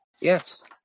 Yes